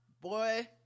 Boy